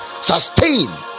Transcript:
Sustain